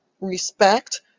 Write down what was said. respect